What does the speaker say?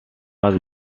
was